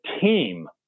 team